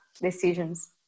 decisions